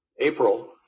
April